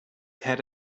had